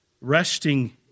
resting